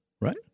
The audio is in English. right